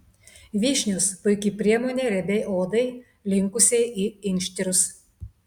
vyšnios puiki priemonė riebiai odai linkusiai į inkštirus